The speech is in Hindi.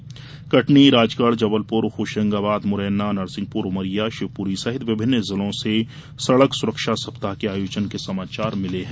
वहीं कटनी राजगढ़ जबलपुर होशंगाबाद मुरैना नरसिंहपुर उमरिया शिवपुरी सहित विभिन्न जिलों से सड़क सुरक्षा सप्ताह के आयोजन के समाचार मिले हैं